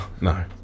No